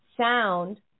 sound